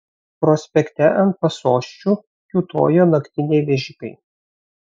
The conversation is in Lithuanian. prospekte ant pasosčių kiūtojo naktiniai vežikai